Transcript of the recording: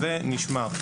זה נשמר.